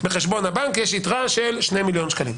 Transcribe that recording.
בחשבון הבנק יש יתרה בסך של שני מיליון ש"ח".